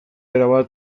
erabat